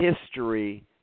history